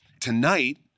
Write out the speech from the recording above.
Tonight